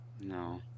no